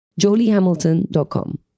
joliehamilton.com